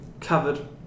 covered